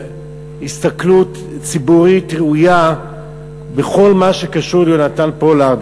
הסתכלות ציבורית ראויה בכל מה שקשור ליהונתן פולארד,